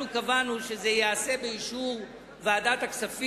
זה לא עבר בממשלה.